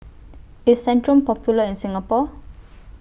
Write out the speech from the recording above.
IS Centrum Popular in Singapore